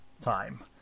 time